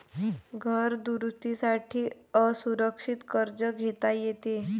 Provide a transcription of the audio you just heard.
घर दुरुस्ती साठी असुरक्षित कर्ज घेता येते